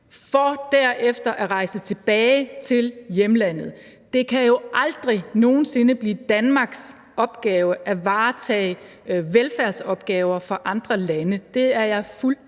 som derefter rejser tilbage til hjemlandet. Det kan jo aldrig nogen sinde blive Danmarks opgave at varetage velfærdsopgaver for andre lande – det er jeg